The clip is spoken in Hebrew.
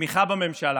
תמיכה בממשלה